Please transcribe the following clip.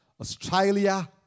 Australia